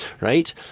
right